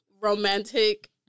romantic